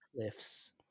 cliffs